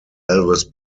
elvis